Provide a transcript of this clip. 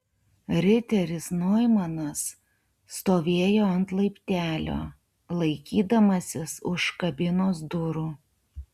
riteris noimanas stovėjo ant laiptelio laikydamasis už kabinos durų